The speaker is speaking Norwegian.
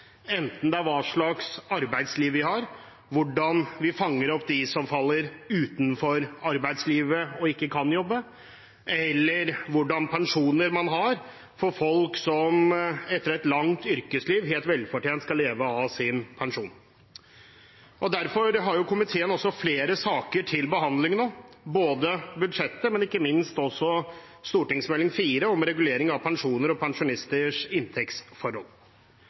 enten det er hva slags arbeidsliv vi har, hvordan vi fanger opp dem som faller utenfor arbeidslivet og ikke kan jobbe, eller hva slags pensjon man har for folk som etter et langt yrkesliv helt velfortjent skal leve av sin pensjon. Derfor har komiteen også flere saker til behandling nå – både budsjettet og, ikke minst, Meld. St. 4 for 2019–2020, om regulering av pensjoner og pensjonisters inntektsforhold.